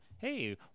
hey